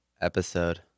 episode